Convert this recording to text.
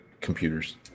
computers